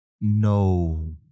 No